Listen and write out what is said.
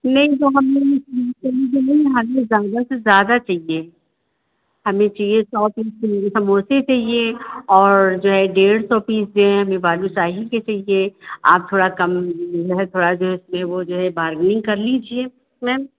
नहीं तो हम ज़्यादा से ज़्यादा चाहिए हमें चाहिए सौ पीस समोसे चाहिए और जो है डेढ़ सौ पीस जो है हमें बालूशाही के चाहिए आप थोड़ा कम जो है थोड़ा जो है इसमें वह जो है बारगेनिंग कर लीजिए मैम